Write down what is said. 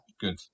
Good